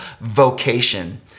vocation